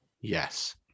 Yes